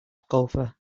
golfer